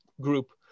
group